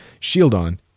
Shieldon